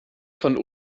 von